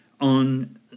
on